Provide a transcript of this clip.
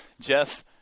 Jeff